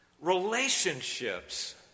Relationships